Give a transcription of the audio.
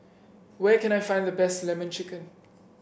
where can I find the best lemon chicken